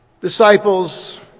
disciples